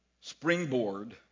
springboard